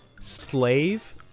Slave